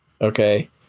okay